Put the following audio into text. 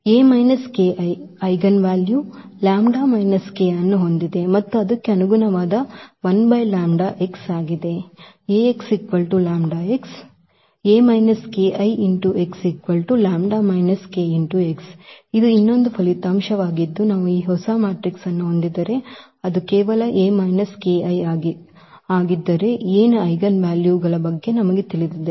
eigenvalue λ k ಅನ್ನು ಹೊಂದಿದೆ ಮತ್ತು ಅನುಗುಣವಾದ x ಆಗಿದೆ ಇದು ಇನ್ನೊಂದು ಫಲಿತಾಂಶವಾಗಿದ್ದು ನಾವು ಈ ಹೊಸ ಮ್ಯಾಟ್ರಿಕ್ಸ್ ಅನ್ನು ಹೊಂದಿದ್ದರೆ ಅದು ಕೇವಲ ಆಗಿದ್ದರೆ A ನ ಐಜೆನ್ ವ್ಯಾಲ್ಯೂಗಳ ಬಗ್ಗೆ ನಮಗೆ ತಿಳಿದಿದೆ